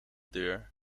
deur